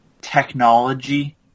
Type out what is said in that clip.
technology